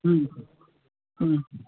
ହୁଁ ହୁଁ